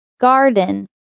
Garden